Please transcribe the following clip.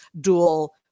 dual